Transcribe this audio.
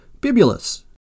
Bibulus